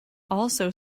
also